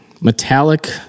metallic